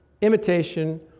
imitation